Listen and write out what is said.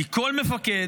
כי כל מפקד